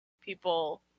people